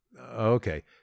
Okay